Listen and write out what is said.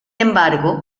embargo